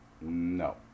No